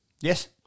Yes